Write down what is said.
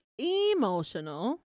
emotional